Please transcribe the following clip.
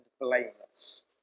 blameless